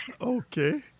Okay